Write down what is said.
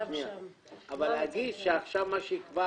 אבל להגיד שעכשיו מה שיקבע